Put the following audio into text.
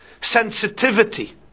sensitivity